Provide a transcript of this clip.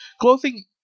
Clothing